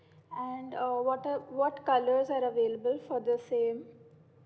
and uh what are what colour is available for the same